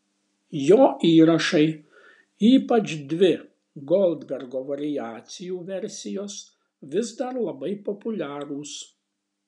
jo įrašai ypač dvi goldbergo variacijų versijos vis dar labai populiarūs